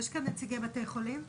נציגי בתי החולים יש כאן?